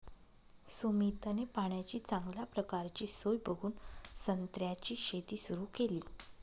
सुमितने पाण्याची चांगल्या प्रकारची सोय बघून संत्र्याची शेती सुरु केली